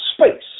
Space